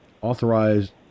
authorized